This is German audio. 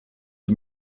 sie